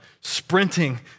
sprinting